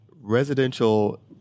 Residential